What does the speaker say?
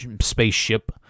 spaceship